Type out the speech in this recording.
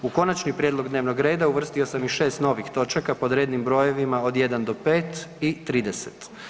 U konačni prijedlog dnevnog reda uvrstio sam i 6 novih točaka pod rednim brojevima od 1 do 5 i 30.